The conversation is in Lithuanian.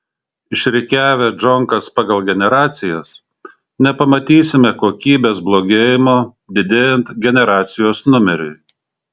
išrikiavę džonkas pagal generacijas nepamatysime kokybės blogėjimo didėjant generacijos numeriui